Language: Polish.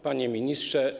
Panie Ministrze!